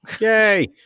Yay